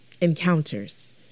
encounters